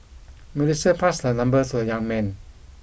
Melissa passed her number to a young man